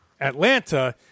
Atlanta